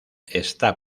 está